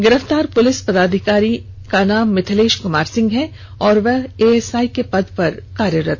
गिरफ्तार पुलिस पदाधिकारी का नाम मिथिलेश कुमार सिंह है और वह एएसआई के पद पर कार्यरत था